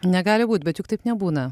negali būt bet juk taip nebūna